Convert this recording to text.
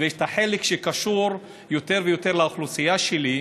ויש את החלק שקשור יותר לאוכלוסייה שלי,